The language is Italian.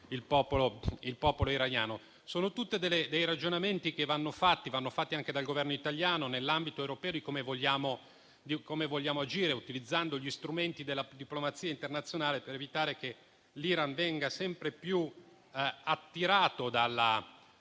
il popolo iraniano. Sono tutti ragionamenti che vanno fatti, anche dal Governo italiano e in ambito europeo, su come vogliamo agire, utilizzando gli strumenti della diplomazia internazionale, per evitare che l'Iran venga sempre più attirato